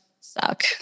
suck